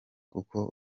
kuko